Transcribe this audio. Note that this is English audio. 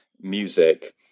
music